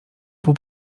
pół